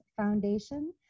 Foundation